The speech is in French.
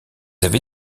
avez